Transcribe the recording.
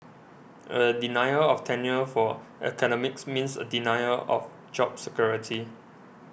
a denial of tenure for academics means a denial of job security